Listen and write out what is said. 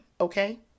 Okay